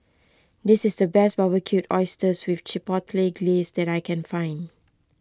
this is the best Barbecued Oysters with Chipotle Glaze that I can find